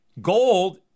gold